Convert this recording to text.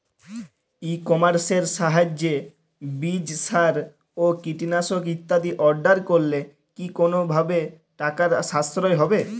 ই কমার্সের সাহায্যে বীজ সার ও কীটনাশক ইত্যাদি অর্ডার করলে কি কোনোভাবে টাকার সাশ্রয় হবে?